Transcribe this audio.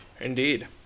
Indeed